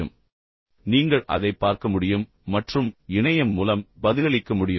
பின்னர் நீங்கள் அதைப் பார்க்க முடியும் மற்றும் இணையம் மூலம் பதிலளிக்க முடியும்